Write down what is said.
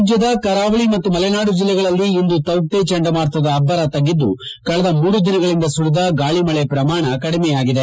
ರಾಜ್ಯದ ಕರಾವಳಿ ಮತ್ತು ಮಲೆನಾಡು ಜಿಲ್ಲೆಗಳಲ್ಲಿ ಇಂದು ತೌಕ್ತೆ ಚಂಡಮಾರುತದ ಅಬ್ಬರ ತಗ್ಗಿದ್ದು ಕಳೆದ ಮೂರು ದಿನಗಳಿಂದ ಸುರಿದ ಗಾಳಿಮಳೆ ಪ್ರಮಾಣ ಕಡಿಮೆಯಾಗಿದೆ